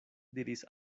diris